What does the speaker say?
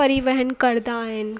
परिवहन कंदा आहिनि